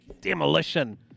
demolition